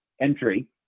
entry